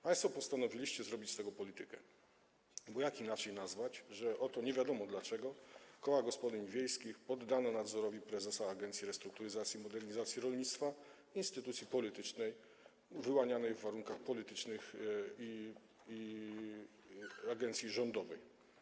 Państwo postanowiliście zrobić z tego politykę, bo jak inaczej nazwać to, że nie wiadomo dlaczego koła gospodyń wiejskich poddano nadzorowi prezesa Agencji Restrukturyzacji i Modernizacji Rolnictwa, instytucji politycznej, wyłanianej w warunkach politycznych, agencji rządowej.